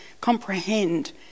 comprehend